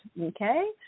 okay